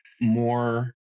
more